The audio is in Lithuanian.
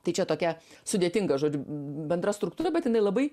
tai čia tokia sudėtinga žodžiu bendra struktūra bet jinai labai